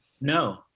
no